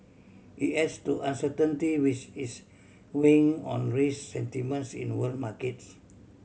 it adds to uncertainty which is weighing on risk sentiments in world markets